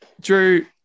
Drew